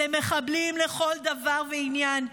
אלה מחבלים לכל דבר ועניין.